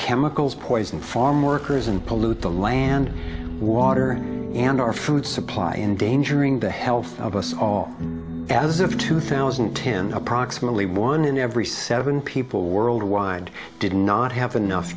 chemicals poison farmworkers and pollute the land water and our food supply endangering the health of us all as of two thousand and ten approximately one in every seven people worldwide did not have enough